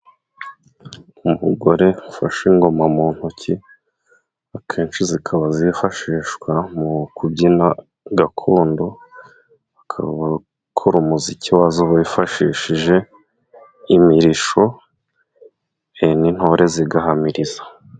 Umugore ufashe ingoma mu ntoki, akenshi zikaba zifashishwa mu kubyina gakondo , bagakora umuziki wazo bifashishije imirishyo, n'intore zigahamiriza.